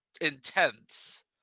intense